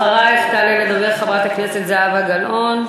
ואחרייך תעלה לדבר חברת הכנסת זהבה גלאון,